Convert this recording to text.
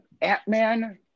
Ant-Man